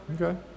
Okay